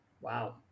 Wow